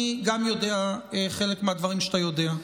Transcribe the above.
אני גם יודע חלק מהדברים שאתה יודע,